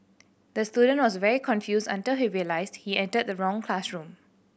the student was very confused until he realised he entered the wrong classroom